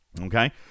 Okay